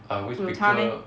有差 meh